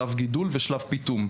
שלב גידול ושלב פיטום.